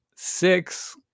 six